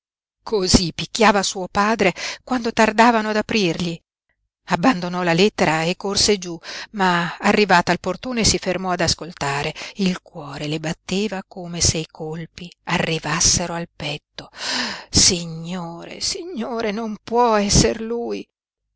cosí picchiava suo padre quando tardavano ad aprirgli abbandonò la lettera e corse giú ma arrivata al portone si fermò ad ascoltare il cuore le batteva come se i colpi arrivassero al petto signore signore non può esser lui